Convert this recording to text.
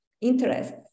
interest